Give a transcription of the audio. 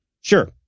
Sure